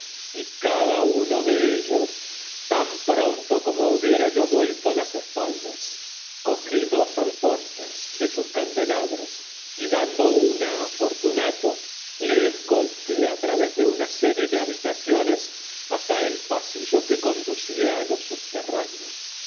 y cada uno de ellos tan pronto como hubiera yo vuelto las espaldas cogí dos antorchas de sus candelabros y dando una a fortunato le escolté a través de una serie de habitaciones hasta el pasillo que conducía a los subterráneos